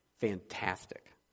fantastic